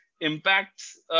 impacts